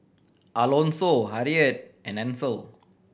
Alonso Harriett and Ansel